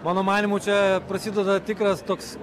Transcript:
mano manymu čia prasideda tikras toks